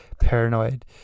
paranoid